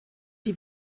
die